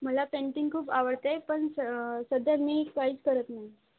मला पेंटिंग खूप आवडते पण स सध्या मी काहीच करत नाही